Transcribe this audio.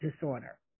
disorder